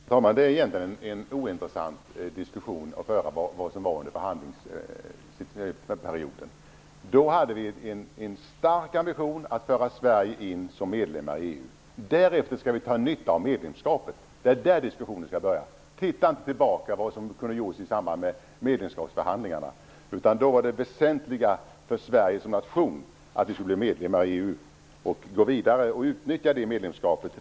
Herr talman! Det är egentligen ointressant att diskutera vad som hände under förhandlingsperioden. Då hade vi en stark ambition att föra in Sverige som medlem i EU. Därefter skall vi dra nytta av medlemskapet. Det är där diskussionen skall börja. Titta inte tillbaka på vad som kunde ha gjorts i samband med medlemskapsförhandlingarna! Då var det väsentliga för Sverige som nation att bli medlem i EU och att gå vidare och utnyttja medlemskapet.